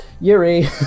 Yuri